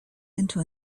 into